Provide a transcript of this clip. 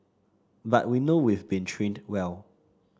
but we know we've been trained well